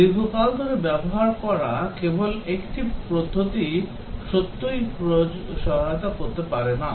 দীর্ঘকাল ধরে ব্যবহার করা কেবল একটি পদ্ধতি সত্যই সহায়তা করতে পারে না